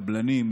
קבלנים,